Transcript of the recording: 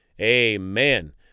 Amen